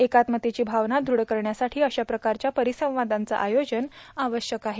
एकात्मतेची भावन दुढ करण्यासाठी अशाप्रकारच्या परिसंवादाचे आयोजन आवश्यक आहे